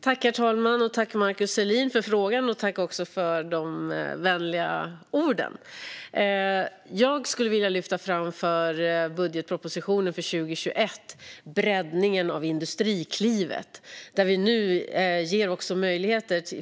Herr talman! Tack, Markus Selin, för frågan och för de vänliga orden! Jag skulle i budgetpropositionen för 2021 vilja lyfta fram breddningen av Industriklivet.